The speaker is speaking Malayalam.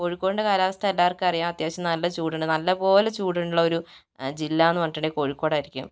കോഴിക്കോടിൻ്റെ കാലാവസ്ഥ എല്ലാവർക്കും അറിയാം അത്യാവശ്യം നല്ല ചൂടുണ്ട് നല്ല പോലെ ചൂടുള്ള ഒരു ജില്ലയെന്ന് പറഞ്ഞിട്ടുണ്ടെങ്കിൽ കോഴിക്കോട് ആയിരിക്കും